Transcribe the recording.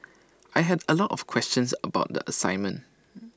I had A lot of questions about the assignment